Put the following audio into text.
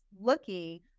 looking